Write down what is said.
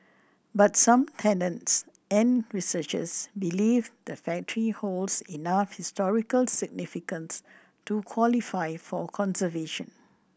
but some tenants and researchers believe the factory holds enough historical significance to qualify for conservation